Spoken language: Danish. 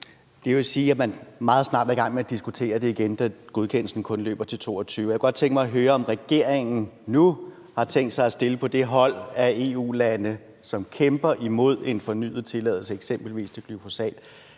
Det vil sige, at man meget snart vil i gang med at diskutere det igen, da godkendelsen kun løber til 2022. Jeg kunne godt tænke mig at høre, om regeringen nu har tænkt sig at stille på det hold af EU-lande, som kæmper imod en fornyet tilladelse, eksempelvis til brug af